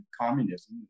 communism